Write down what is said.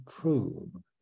true